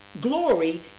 glory